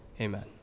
Amen